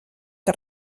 que